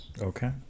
Okay